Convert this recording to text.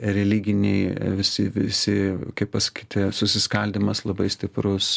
religiniai visi visi kaip pasakyti susiskaldymas labai stiprus